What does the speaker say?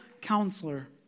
counselor